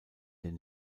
den